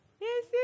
Yes